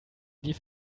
die